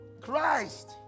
Christ